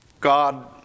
God